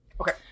Okay